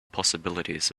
possibilities